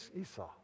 Esau